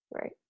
right